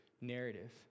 narrative